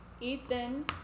Ethan